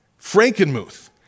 Frankenmuth